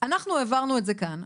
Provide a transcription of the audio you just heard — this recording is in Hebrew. אנחנו העברנו את זה כאן.